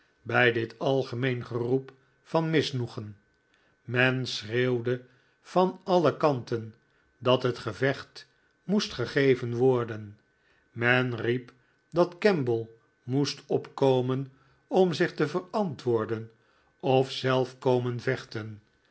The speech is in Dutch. bij dit algemeen geroep van misnoegen men schreeuwde van alle kanten dat het gevecht moest gegeven worden men riep dat kemble moest opkomen om zich te verantwoorden of zelf komen vechten